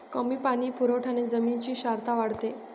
कमी पाणी पुरवठ्याने जमिनीची क्षारता वाढते